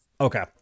Okay